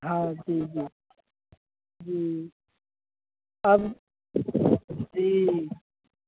हाँ जी जी जी अब जी